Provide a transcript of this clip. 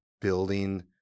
building